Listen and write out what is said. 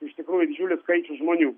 iš tikrųjų didžiulis skaičius žmonių